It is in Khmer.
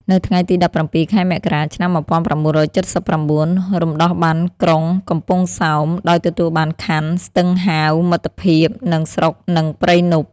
នៅថ្ងៃទី ១៧ ខែមករា ឆ្នាំ ១៩៧៩ រំដោះបានក្រុងកំពង់សោម ដោយទទួលបាន ខណ្ឌ ស្ទឹងហាវ មិត្តភាព និងស្រុក និងព្រៃនប់។